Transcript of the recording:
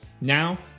now